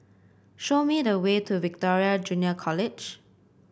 show me the way to Victoria Junior College